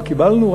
מה קיבלנו?